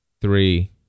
three